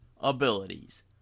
abilities